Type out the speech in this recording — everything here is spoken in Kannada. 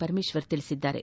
ಪರಮೇಶ್ವರ್ ತಿಳಿಸಿದ್ದಾರೆ